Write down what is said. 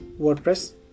wordpress